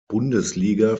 bundesliga